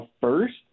first